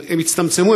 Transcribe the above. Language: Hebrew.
הם הצטמצמו,